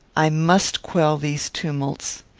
i must quell these tumults.